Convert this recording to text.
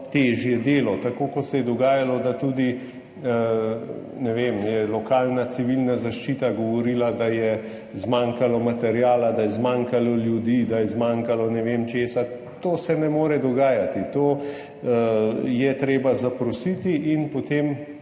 težje delo, tako kot se je dogajalo, da je tudi lokalna civilna zaščita govorila, da je zmanjkalo materiala, da je zmanjkalo ljudi, da je zmanjkalo ne vem česa. To se ne more dogajati. Za to je treba zaprositi in potem